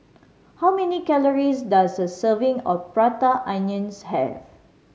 how many calories does a serving of Prata Onion have